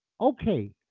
okay